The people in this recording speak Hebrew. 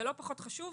ולא פחות חשוב,